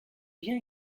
bien